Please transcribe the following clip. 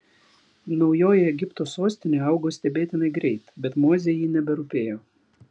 naujoji egipto sostinė augo stebėtinai greit bet mozei ji neberūpėjo